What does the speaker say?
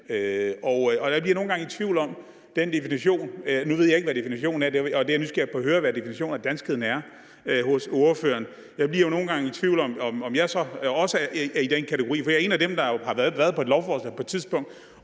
jeg bliver nogle gange i tvivl om den definition. Nu ved jeg ikke, hvad definitionen er, og jeg er nysgerrig på at høre, hvad definitionen på danskhed er for ordføreren. Jeg bliver jo nogle gange i tvivl om, om jeg så også hører ind under den kategori, for jeg er en af dem, der også har været på et lovforslag på et tidspunkt.